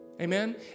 Amen